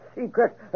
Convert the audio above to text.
secret